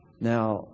Now